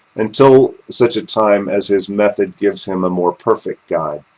until such a time as his method gives him a more perfect guide.